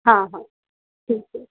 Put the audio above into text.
हाँ हाँ ठीक है